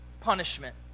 punishment